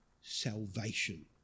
salvation